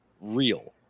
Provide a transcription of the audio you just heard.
Real